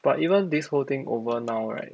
but even this whole thing over now right